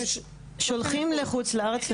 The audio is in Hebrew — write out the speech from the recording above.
שולחים לחוץ לארץ.